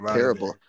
Terrible